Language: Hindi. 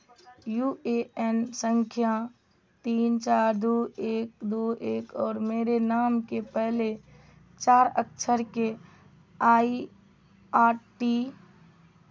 यू ए एन संख्या तीन चार दो एक दो एक और मेरे नाम के पहले चार अक्षर के आई आर पी